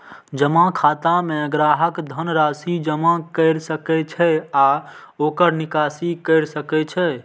जमा खाता मे ग्राहक धन राशि जमा कैर सकै छै आ ओकर निकासी कैर सकै छै